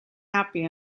happy